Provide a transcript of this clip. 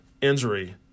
injury